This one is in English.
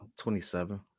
27